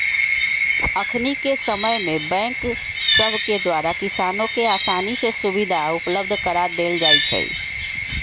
अखनिके समय में बैंक सभके द्वारा किसानों के असानी से सुभीधा उपलब्ध करा देल जाइ छइ